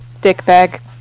DICKBAG